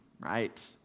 right